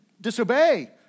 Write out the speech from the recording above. disobey